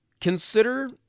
Consider